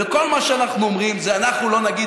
כל מה שאנחנו אומרים הוא: אנחנו לא נגיד